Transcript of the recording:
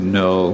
no